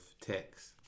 text